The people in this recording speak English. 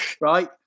right